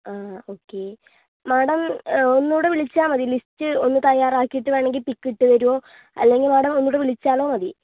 ആ okay madam ഒന്നുകൂടി വിളിച്ചാൽമതി ലിസ്റ്റ് ഒന്ന് തയ്യാറാക്കിയിട്ട് വേണമെങ്കിൽ പിക്ക് ഇട്ടു തരുകയോ അല്ലെങ്കിൽ മാഡം ഇവിടെ വിളിച്ചാലും മതി